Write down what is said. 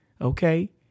okay